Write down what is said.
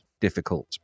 difficult